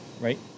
Right